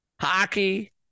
hockey